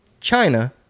china